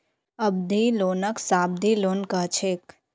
अवधि लोनक सावधि लोन कह छेक